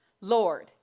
Lord